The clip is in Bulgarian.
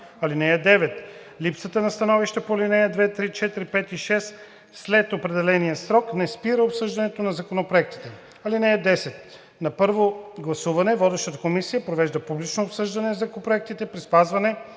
(9) Липсата на становища по ал. 2, 3, 4, 5 и 6 след определения срок не спира обсъждането на законопроектите. (10) На първо гласуване водещата комисия провежда публично обсъждане на законопроектите при спазване